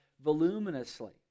voluminously